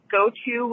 go-to